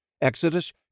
Exodus